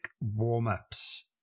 warm-ups